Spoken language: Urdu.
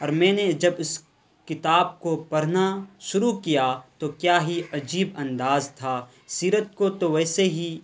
اور میں نے جب اس کتاب کو پڑھنا شروع کیا تو کیا ہی عجیب انداز تھا سیرت کو تو ویسے ہی